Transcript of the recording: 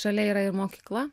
šalia yra ir mokykla